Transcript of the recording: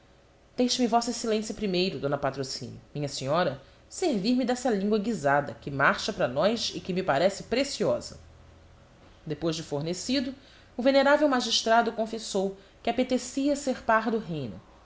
grave deixe-me vossa excelência primeiro d patrocínio minha senhora servir-me dessa língua guisada que marcha para nós e que me parece preciosa depois de fornecido o venerável magistrado confessou que apetecia ser par do reino